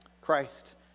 Christ